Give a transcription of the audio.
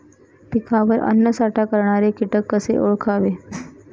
पिकावर अन्नसाठा करणारे किटक कसे ओळखावे?